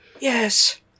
Yes